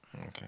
Okay